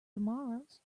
tomorrows